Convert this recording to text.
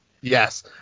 Yes